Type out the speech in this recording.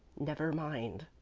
never mind,